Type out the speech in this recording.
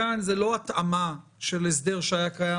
כאן זה לא התאמה של הסדר שהיה קיים